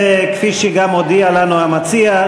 כפי שגם הודיע לנו המציע,